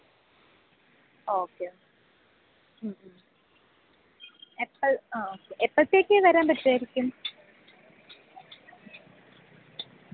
ഒന്നും പറയേണ്ട ഇപ്പോൾ ശരിയായി ഞാൻ അപ്പം നാളെ തന്നെ ഞാൻ ഇപ്പോൾ തന്നെ ഒന്ന് വിളിച്ചു നോക്കട്ടെ ഇല്ലെങ്കിൽ ഞാൻ അവിടെ പോയി റെഡി ആക്കി നമുക്ക് ഉടനെ തന്നെ ശരിയാക്കാം കേട്ടോ